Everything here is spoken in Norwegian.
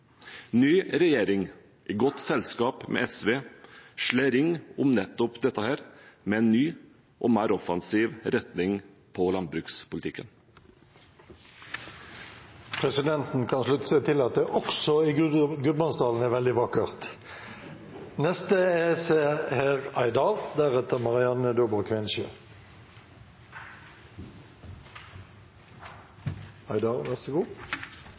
Ny regjering, i godt selskap med SV, slår ring om nettopp dette, med en ny og mer offensiv retning i landbrukspolitikken. Presidenten kan slutte seg til at det også i Gudbrandsdalen er veldig vakkert.